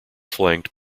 flanked